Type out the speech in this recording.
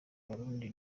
abarundi